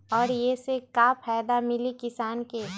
और ये से का फायदा मिली किसान के?